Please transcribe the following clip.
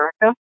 America